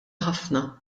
ħafna